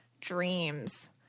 dreams